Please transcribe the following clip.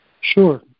Sure